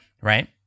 right